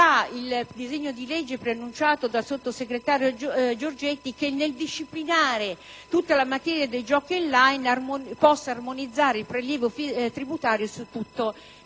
il disegno di legge preannunciato dal sottosegretario Giorgetti, nel disciplinare tutta la materia dei giochi *on-line,* possa armonizzare il prelievo tributario su tutto il settore.